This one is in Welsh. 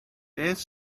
beth